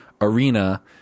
arena